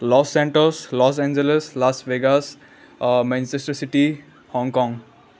loss Santos Los Angeles Las Vegas Manchester City Hong Kong